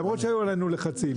למרות שהיו עלינו לחצים,